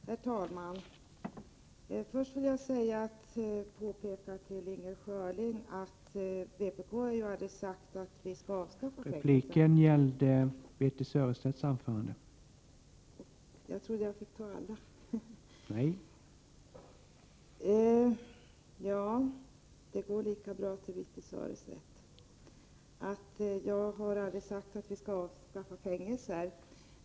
Herr talman! Det går lika bra att jag vänder mig till Birthe Sörestedt. Jag 25 april 1989 har aldrig sagt att vi skall avskaffa fängelser.